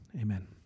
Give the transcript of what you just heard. amen